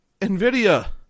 NVIDIA